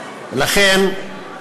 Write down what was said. ולכן,